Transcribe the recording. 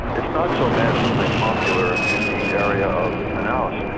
it's not so massively popular in the area of manaus.